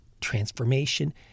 transformation